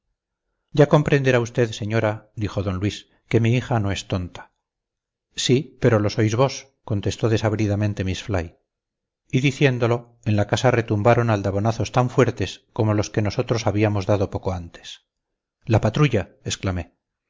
ya comprenderá usted señora dijo don luis que mi hija no es tonta sí pero lo sois vos contestó desabridamente miss fly y diciéndolo en la casa retumbaron aldabonazos tan fuertes como los que nosotros habíamos dado poco antes la patrulla